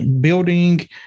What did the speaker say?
building